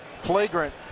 flagrant